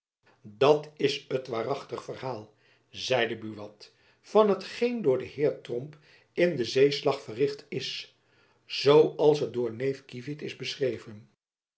dat is het waarachtig verhaal zeide buat van hetgeen door den heer tromp in den zeeslag verricht is zoo als het door neef kievit is beschreven